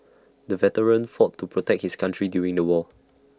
the veteran fought to protect his country during the war